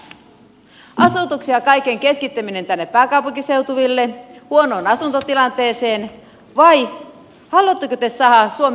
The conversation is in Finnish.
asutuksen ja kaiken keskittäminen tänne pääkaupunkiseutuville huonoon asuntotilanteeseen vai haluatteko te saada suomen elinkeinoelämän kehittymään